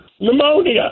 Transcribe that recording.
pneumonia